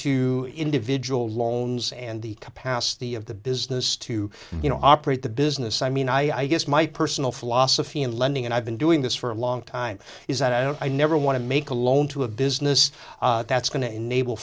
into individual loans and the capacity of the business to you know operate the business i mean i guess my personal philosophy in lending and i've been doing this for a long time is that i never want to make a loan to a business that's going to enable